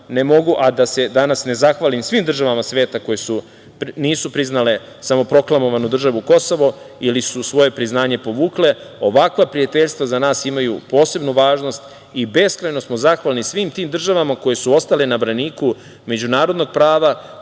a da se danas ne zahvalim svim državama sveta koje nisu priznale samoproklamovanu državu Kosovo ili su svoje priznanje povukle. Ovakva prijateljstva za nas imaju posebnu važnost i beskrajno smo zahvalni svim tim državama koje su ostale na braniku međunarodnog prava